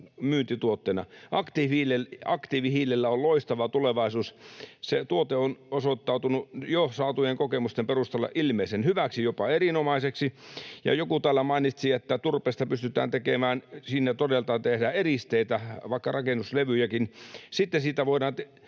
myyntituotteina. Aktiivihiilellä on loistava tulevaisuus. Se tuote on osoittautunut jo saatujen kokemusten perusteella ilmeisen hyväksi, jopa erinomaiseksi, ja joku täällä mainitsi, että turpeesta pystytään tekemään eristeitä, vaikka rakennuslevyjäkin. Uusien tutkimusten